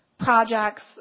projects